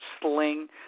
sling